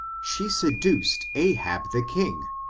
she seduced ahab the king,